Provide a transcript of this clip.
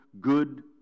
good